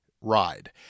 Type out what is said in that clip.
ride